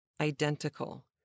identical